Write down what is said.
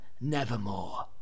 nevermore